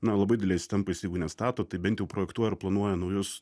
na labai dideliais tempais jeigu nestato tai bent jau projektuoja ir planuoja naujus